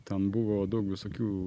ten buvo daug visokių